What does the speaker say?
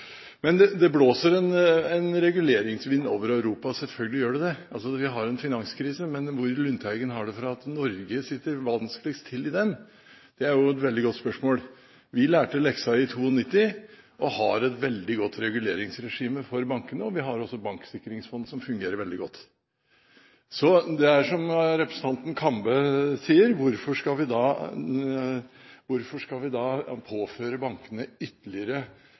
men så klarte Lundteigen å trå til i siste innlegg før vi avbrøt møtet. Det blåser en reguleringsvind over Europa – selvfølgelig gjør det det. Vi har en finanskrise, men hvor Lundteigen har det fra at Norge sitter vanskeligst til i den, er et veldig godt spørsmål. Vi lærte leksen i 1992 og har et veldig godt reguleringsregime for bankene. Vi har også banksikringsfondet, som fungerer veldig godt. Så det er som representanten Kambe sier: Hvorfor skal vi da påføre bankene ytterligere